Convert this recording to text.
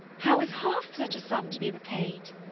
how is one-half such a sum to be repaid?